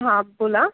हां बोला